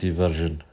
version